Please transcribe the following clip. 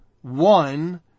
one